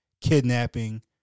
kidnapping